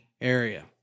area